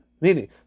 Meaning